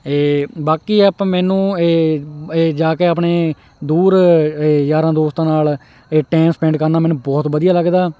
ਇਹ ਬਾਕੀ ਆਪਾਂ ਮੈਨੂੰ ਇਹ ਇਹ ਜਾ ਕੇ ਆਪਣੇ ਦੂਰ ਯਾਰਾਂ ਦੋਸਤਾਂ ਨਾਲ ਇਹ ਟੈਮ ਸਪੈਂਡ ਕਰਨ ਦਾ ਮੈਨੂੰ ਬਹੁਤ ਵਧੀਆ ਲੱਗਦਾ